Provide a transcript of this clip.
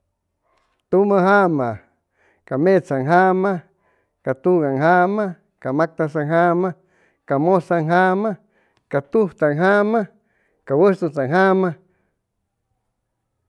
Tumu jama ca metsaan jama ca tugaan jama ca mactasaam jama ca musaam jama ca tujtaan jama ca wujtujtaan jama